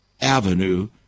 avenue